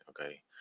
okay